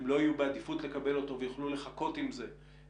הם לא יהיו בעדיפות לקבל אותו ויוכלו לחכות עם זה ולראות,